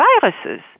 viruses